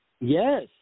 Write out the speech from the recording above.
Yes